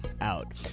out